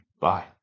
bye